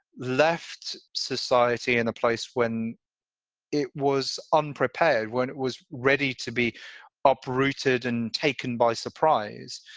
left society in a place when it was unprepared, when it was ready to be uprooted and taken by surprise.